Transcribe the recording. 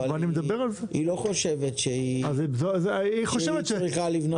אבל היא לא חושבת שהיא צריכה לבנות.